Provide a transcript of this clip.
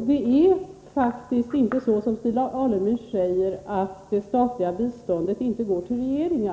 Det är faktiskt inte så som Stig Alemyr säger, att det statliga biståndet inte går till regeringar.